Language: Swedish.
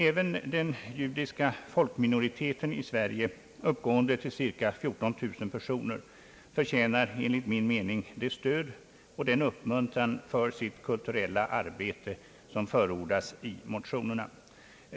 Även den judiska folkminoriteten i Sverige, uppgående till cirka 14000 personer, förtjänar enligt min mening det stöd och den uppmuntran för sitt kulturella arbete som förordas i motionerna.